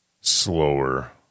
slower